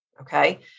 okay